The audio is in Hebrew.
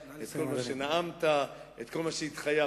את כל מה שנאמת ואת כל שהתחייבת.